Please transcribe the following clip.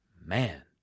man